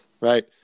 Right